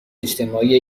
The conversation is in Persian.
اجتماعی